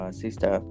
sister